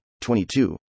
22